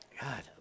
God